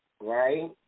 Right